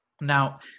Now